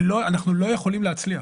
אנחנו לא יכולים להצליח.